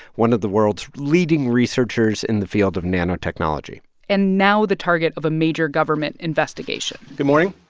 one of the world's leading researchers in the field of nanotechnology and now the target of a major government investigation good morning.